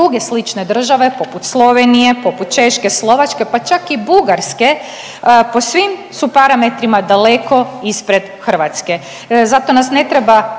Druge slične države poput Slovenije, poput Češke, Slovačke pa čak i Bugarske po svim su parametrima daleko ispred Hrvatske. Zato nas ne treba